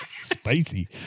Spicy